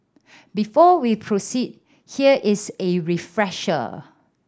before we proceed here is a refresher